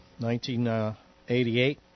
1988